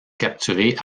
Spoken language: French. capturé